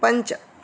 पञ्च